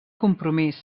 compromís